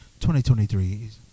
2023